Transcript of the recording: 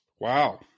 Wow